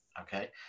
Okay